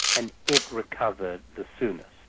and it recovered the soonest